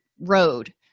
road